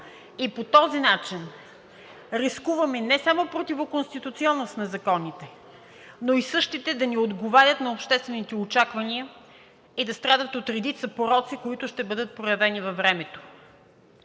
по този начин рискуваме не само противоконституционност на законите, но същите да не отговарят на обществените очаквания и да страдат от редица пороци, които ще бъдат проявени във времето.